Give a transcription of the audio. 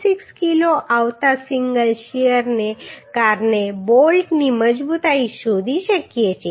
26 કિલો આવતા સિંગલ શીયરને કારણે બોલ્ટની મજબૂતાઈ શોધી શકીએ છીએ